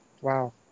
Wow